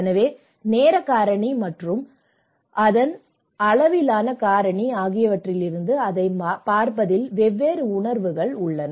எனவே நேரக் காரணி மற்றும் அதன் அளவிலான காரணி ஆகியவற்றிலிருந்து அதைப் பார்ப்பதில் வெவ்வேறு உணர்வுகள் உள்ளன